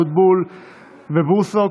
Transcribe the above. משה אבוטבול ואוריאל בוסו,